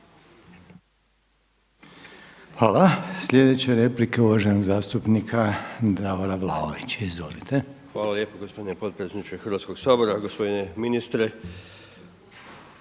Hvala. Sljedeća replika uvaženog zastupnika Davora Vlaovića. Izvolite. **Vlaović, Davor (HSS)** Hvala lijepo gospodine potpredsjedniče Hrvatskog sabora. Gospodine ministre.